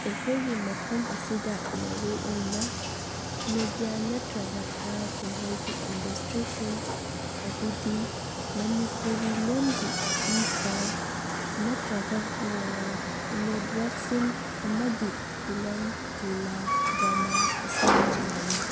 ꯑꯩꯈꯣꯏꯒꯤ ꯃꯐꯝ ꯑꯁꯤꯗ ꯃꯔꯨꯑꯣꯏꯅ ꯃꯦꯗꯤꯌꯥ ꯅꯠꯇ꯭ꯔꯒ ꯍꯔꯥꯎ ꯀꯨꯝꯍꯩꯒꯤ ꯏꯟꯗꯁꯇ꯭ꯔꯤꯁꯤꯡ ꯑꯗꯨꯗꯤ ꯃꯅꯤꯄꯨꯔꯤ ꯂꯣꯟꯒꯤ ꯏ ꯄꯥꯎ ꯅꯠꯇ꯭ꯔꯒ ꯅꯦꯠꯋꯥꯛꯁꯤꯡ ꯑꯃꯗꯤ ꯐꯤꯂꯝ ꯂꯤꯂꯥ ꯗ꯭ꯔꯃꯥ ꯑꯁꯤꯅꯆꯤꯡꯕꯅꯤ